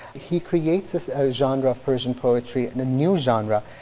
he creates a so genre of persian poetry, and a new genre,